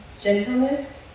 gentleness